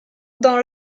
dans